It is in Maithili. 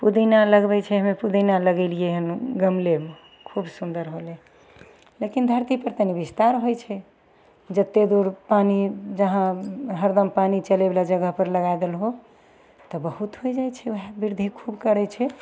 पुदीना लगबै छै हमे पुदीना लगेलिए हन गमलेमे खूब सुन्दर होलै लेकिन धरतीपर तनि विस्तार होइ छै जतेक दूर पानी जहाँ हरदम पानी चलैवला जगहपर लगै देलहो तऽ बहुत होइ जाइ छै वएह वएह बिरधी खूब करै छै